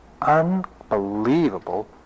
unbelievable